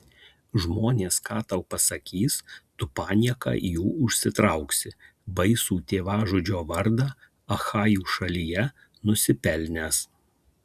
žmonės ką tau pasakys tu panieką jų užsitrauksi baisų tėvažudžio vardą achajų šalyje nusipelnęs